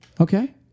Okay